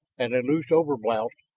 and a loose overblouse,